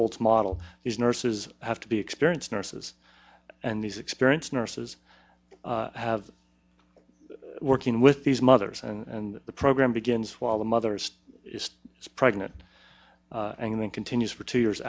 old model these nurses have to be experienced nurses and these experienced nurses have working with these mother and the program begins while the mothers is pregnant and then continues for two years